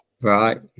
right